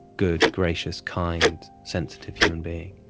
good, gracious, kind, sensitive human being.